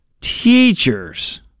Teachers